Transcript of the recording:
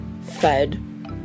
fed